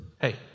Hey